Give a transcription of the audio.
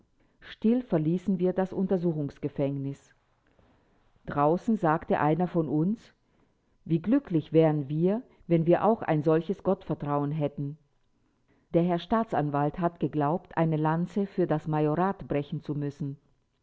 still verließen wir das untersuchungsgefängnis draußen sagte einer von uns wie glücklich wären wir wenn wir auch ein solches gottvertrauen hätten der herr staatsanwalt hat geglaubt eine lanze für das majorat brechen zu müssen